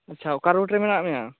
ᱟᱪᱪᱷᱟ ᱚᱠᱟ ᱨᱳᱰ ᱨᱮ ᱢᱮᱱᱟᱜ ᱢᱮᱭᱟ